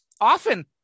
often